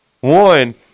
One